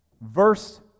Verse